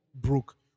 broke